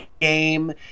game